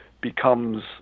becomes